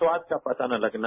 स्वाद का पता न लगना